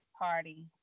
party